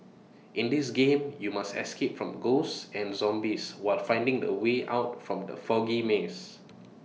in this game you must escape from ghosts and zombies while finding the way out from the foggy maze